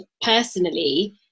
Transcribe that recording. personally